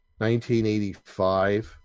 1985